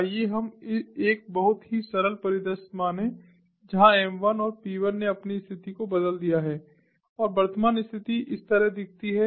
आइए हम एक बहुत ही सरल परिदृश्य मानें जहाँ M1 और P1 ने अपनी स्थिति को बदल दिया है और वर्तमान स्थिति इस तरह दिखती है